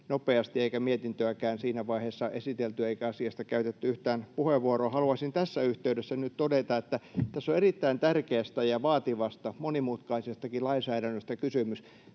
nopeasti, eikä mietintöäkään siinä vaiheessa esitelty eikä asiasta käytetty yhtään puheenvuoroa. Haluaisin tässä yhteydessä nyt todeta, että tässä on erittäin tärkeästä ja vaativasta, monimutkaisestakin lainsäädännöstä kysymys.